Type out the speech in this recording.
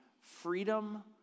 freedom